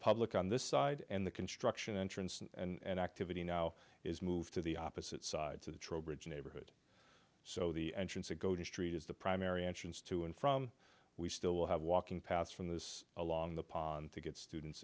public on this side and the construction entrance and activity now is moved to the opposite sides of the trowbridge neighborhood so the entrance to go to street is the primary entrance to and from we still have walking paths from this along the pond to get students